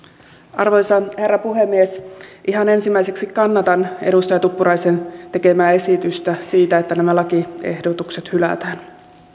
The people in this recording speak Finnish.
arvoisa herra puhemies ihan ensimmäiseksi kannatan edustaja tuppuraisen tekemää esitystä siitä että nämä lakiehdotukset hylätään